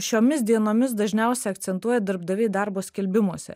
šiomis dienomis dažniausiai akcentuoja darbdaviai darbo skelbimuose